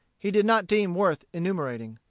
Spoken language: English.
he did not deem worth enumerating.